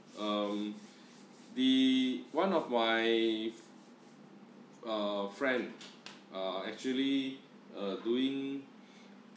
um the one of my uh friend uh actually uh doing